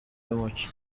y’umuco